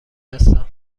هستم